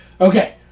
Okay